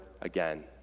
again